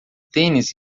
tênis